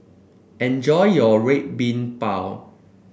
enjoy your Red Bean Bao